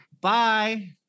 bye